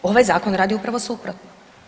Ovaj zakon radi upravo suprotno.